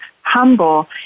humble